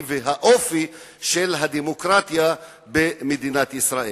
ובאופי של הדמוקרטיה במדינת ישראל.